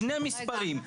שני מספרים,